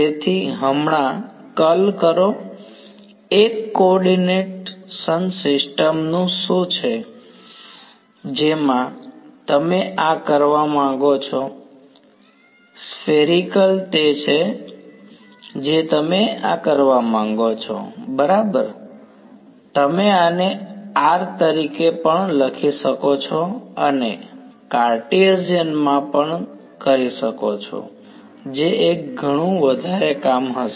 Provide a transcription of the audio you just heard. તેથી હમણાં કર્લ કરો એક કોઓર્ડીનેશન સિસ્ટ્મ શું છે જેમાં તમે આ કરવા માંગો છો સ્ફેરિકલ તે છે જે તમે આ કરવા માંગો છો બરાબર તમે આને r તરીકે પણ લખી શકો છો અને કાર્ટેશિયન માં પણ કરી શકો છો જે એક ઘણું વધારે કામ હશે